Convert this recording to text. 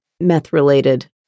meth-related